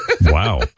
Wow